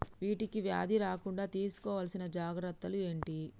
వీటికి వ్యాధి రాకుండా తీసుకోవాల్సిన జాగ్రత్తలు ఏంటియి?